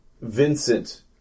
Vincent